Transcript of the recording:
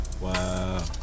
Wow